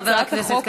חבר הכנסת כבל,